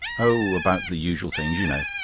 oh, about the usual things, you know.